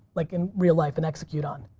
like in real life and execute on,